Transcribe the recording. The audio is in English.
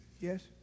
Yes